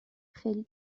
خیلی